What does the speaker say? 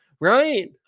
right